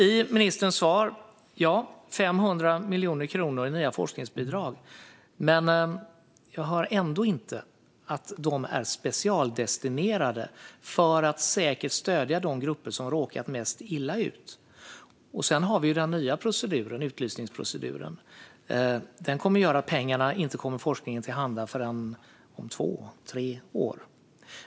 I ministerns svar talas det om 500 miljoner kronor i nya forskningsbidrag, men jag hör ändå inte att de är specialdestinerade för att säkert stödja de grupper som råkat mest illa ut. Vi har även den nya utlysningsproceduren, som kommer att göra att pengarna inte kommer forskningen till handa förrän om två tre år.